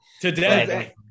Today